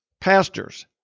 pastors